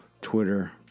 Twitter